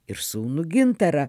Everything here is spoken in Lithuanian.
ir sūnų gintarą